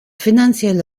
finanzielle